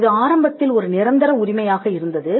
இது ஆரம்பத்தில் ஒரு நிரந்தர உரிமையாக இருந்தது